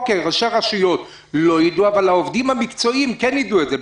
שראשי הרשויות לא ידעו אבל העובדים המקצועיים כן ידעו את זה.